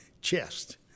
chest